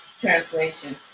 Translation